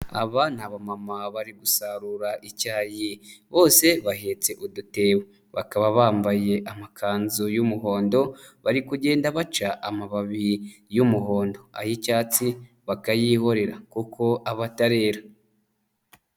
Aba ni abamama bari gusarura icyayi, bose bahetse udutebo, bakaba bambaye amakanzu y'umuhondo, bari kugenda baca amababi y'umuhondo, ay'icyatsi bakayihorera kuko aba atarera.